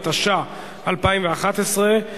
התשע"א 2011,